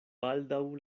baldaŭ